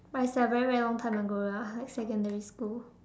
but it's a very very long time ago lah like secondary school